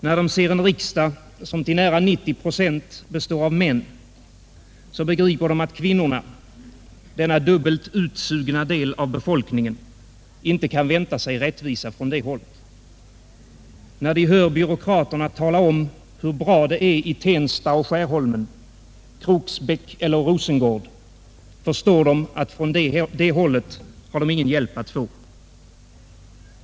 När de ser en riksdag som till nära 90 procent består av män begriper de att kvinnorna — denna dubbelt utsugna del av befolkningen — inte kan vänta sig rättvisa från det hållet. När de hör byråkraterna tala om hur bra det är i Tensta, Skärholmen, Kroksbäck eller Rosengård förstår de att från det hållet har de ingen hjälp att få.